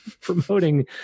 promoting